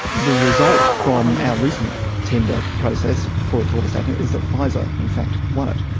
the result from our recent tender process for atorvastatin is that pfizer in fact won it,